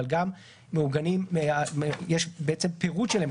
אבל גם מעוגנים שיש פירוט שלהם,